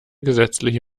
gesetzliche